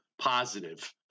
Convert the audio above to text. positive